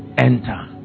Enter